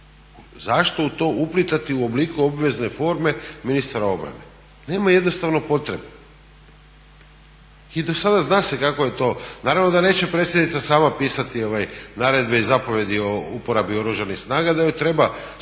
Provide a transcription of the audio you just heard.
Zašto u to uplitati u obliku obvezne forme ministra obrane? Nema jednostavno potrebe. I do sada zna se kako je to, naravno da neće predsjednica sama pisati naredbe i zapovjedi o uporabi Oružanih snaga da joj treba